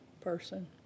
person